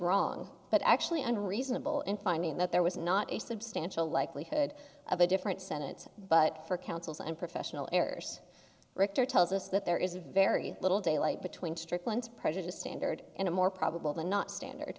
wrong but actually unreasonable in finding that there was not a substantial likelihood of a different senate but for counsel's and professional errors richter tells us that there is very little daylight between strickland's prejudiced standard in a more probable than not standard